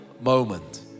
moment